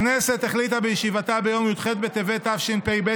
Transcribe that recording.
הכנסת החליטה בישיבתה ביום י"ח בטבת התשפ"ב,